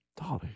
Dolly